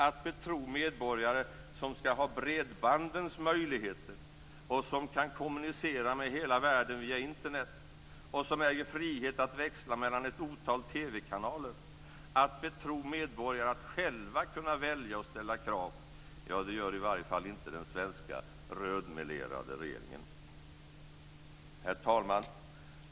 Att betro medborgare som ska ha bredbandens möjligheter, som kan kommunicera med hela världen via Internet och som äger frihet att växla mellan ett otal TV-kanaler att själva kunna välja och ställa krav gör i varje fall inte den svenska rödmelerade regeringen. Herr talman!